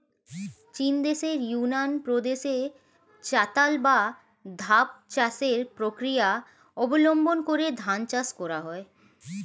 চীনদেশের ইউনান প্রদেশে চাতাল বা ধাপ চাষের প্রক্রিয়া অবলম্বন করে ধান চাষ করা হয়